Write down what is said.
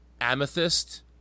Amethyst